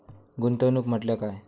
गुंतवणूक म्हटल्या काय?